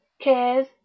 cares